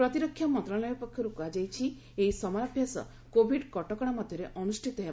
ପ୍ରତିରକ୍ଷା ମନ୍ତ୍ରଣାଳୟ ପକ୍ଷରୁ କୁହାଯାଇଛି ଏହି ସମରାଭ୍ୟାସ କୋଭିଡ୍ କଟକଣା ମଧ୍ୟରେ ଅନୁଷ୍ଠିତ ହେବ